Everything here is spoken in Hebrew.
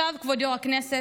עכשיו, כבוד יושב-ראש הישיבה,